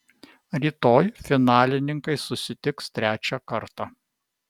rytoj finalininkai susitiks trečią kartą